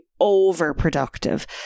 overproductive